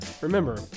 Remember